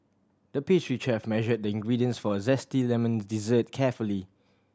the pastry chef measured the ingredients for a zesty lemon dessert carefully